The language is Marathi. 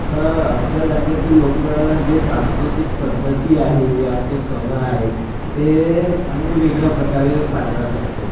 तर आमच्या राज्यातील लोक जे सांस्कृतिक पद्धती आहे जे आमचे सण आहे ते आम्ही वेगळ्या प्रकारे साजरा करतो